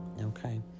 Okay